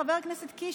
חבר הכנסת קיש,